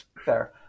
Fair